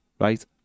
right